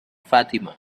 fatima